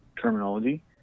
terminology